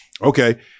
okay